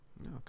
Okay